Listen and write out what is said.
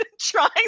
Trying